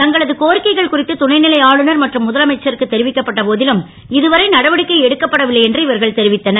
தங்களது கோரிக்கைகள் குறித்து துணை லை ஆளுநர் மற்றும் முதலமைச்சர்களுக்கு தெரிவிக்கப்பட்ட போ லும் இதுவரை நடவடிக்கை எடுக்கப்படவில்லை என்று இவர்கள் தெரிவித்தனர்